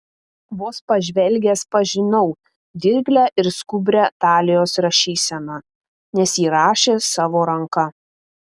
vos pažvelgęs pažinau dirglią ir skubrią talijos rašyseną nes ji rašė savo ranka